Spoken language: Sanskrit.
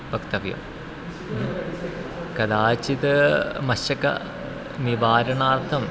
वक्तव्यं ह्म् कदाचित् मशकनिवारणार्थम्